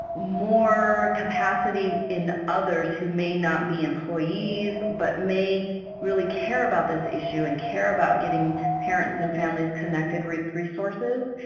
more capacity in others who may not be employees but may really care about this issue and care about getting parents and families connected with resources.